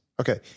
Okay